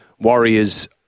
Warriors